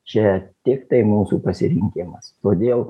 čia tiktai mūsų pasirinkimas todėl